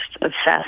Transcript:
obsessed